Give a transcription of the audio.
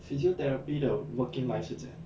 physiotherapy 的 working life 是怎样